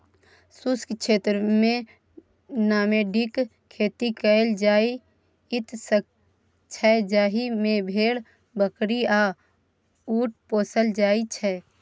शुष्क क्षेत्रमे नामेडिक खेती कएल जाइत छै जाहि मे भेड़, बकरी आ उँट पोसल जाइ छै